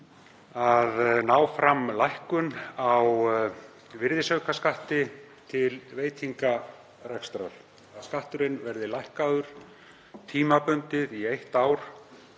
að ná fram lækkun á virðisaukaskatti til veitingarekstrar, að skatturinn verði lækkaður tímabundið í eitt ár,